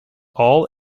all